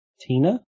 Tina